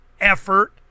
effort